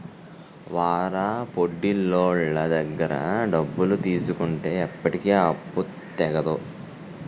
వారాపొడ్డీలోళ్ళ దగ్గర డబ్బులు తీసుకుంటే ఎప్పటికీ ఆ అప్పు తెగదు